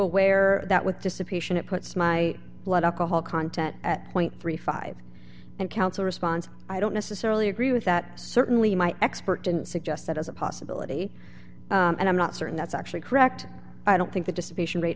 aware that with dissipation it puts my blood alcohol content at point thirty five and counsel responds i don't necessarily agree with that certainly my expert didn't suggest that as a possibility and i'm not certain that's actually correct i don't think the distribution rate